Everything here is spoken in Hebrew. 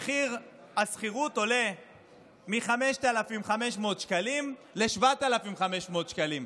מחיר השכירות עולה מ-5,500 שקלים ל-7,500 שקלים.